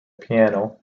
piano